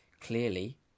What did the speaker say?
clearly